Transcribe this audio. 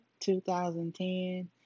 2010